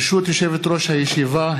ברשות יושבת-ראש הישיבה,